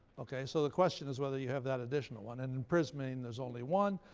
okay? so the question is whether you have that additional one. and in prismane there's only one.